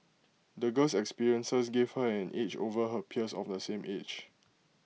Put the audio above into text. the girl's experiences gave her an edge over her peers of the same age